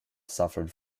suffered